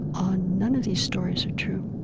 ah none of these stories are true.